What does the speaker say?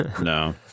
No